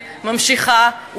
אתה לוקח הימור.